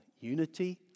unity